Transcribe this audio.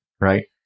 right